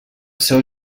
seu